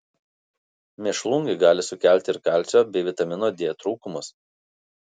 mėšlungį gali sukelti ir kalcio bei vitamino d trūkumas